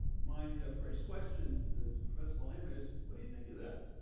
my first question to professor palaima is, what do you think of that?